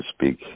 speak